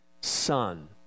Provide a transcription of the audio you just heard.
Son